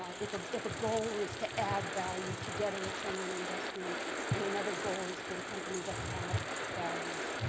ah if ah a goal is to add value, to get a return on investment and another goal is for the company to have values.